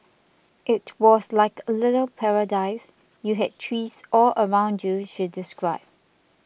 it was like a little paradise you had trees all around you she described